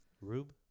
Rube